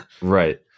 right